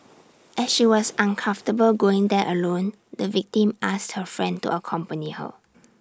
as she was uncomfortable going there alone the victim asked her friend to accompany her